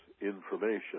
information